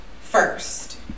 first